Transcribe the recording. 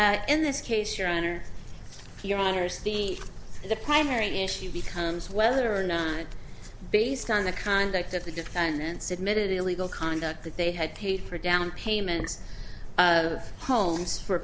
r in this case your honor your honour's be the primary issue becomes whether or not based on the conduct of the defendant's admitted illegal conduct that they had paid for down payments of homes for